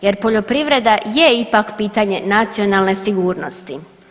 Jer poljoprivreda je ipak pitanje nacionalne sigurnosti.